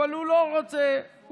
אבל הוא לא רוצה הוא,